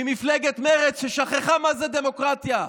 ממפלגת מרצ, ששכחה מה זה דמוקרטיה.